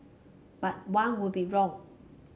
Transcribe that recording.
but one would be wrong